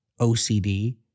OCD